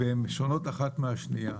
והן שונות אחת מהשנייה.